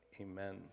amen